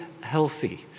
healthy